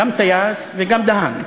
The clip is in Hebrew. גם טייס וגם נהג,